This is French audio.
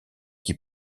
qui